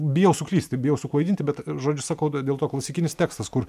bijau suklysti bijau suklaidinti bet žodžiu sakau dėl to klasikinis tekstas kur